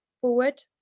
forward